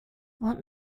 what